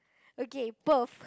okay perv